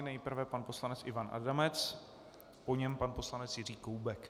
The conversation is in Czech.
Nejprve pan poslanec Ivan Adamec, po něm pan poslanec Jiří Koubek.